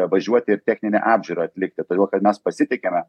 važiuoti ir techninę apžiūrą atlikti todėl kad mes pasitikime